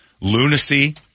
lunacy